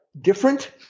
different